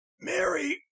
Mary